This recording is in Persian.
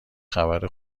خبر